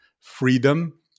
freedom